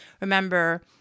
remember